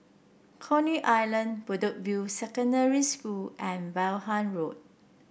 Coney Island Bedok View Secondary School and Vaughan Road